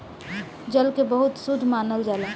जल के बहुत शुद्ध मानल जाला